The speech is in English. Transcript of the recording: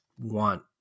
want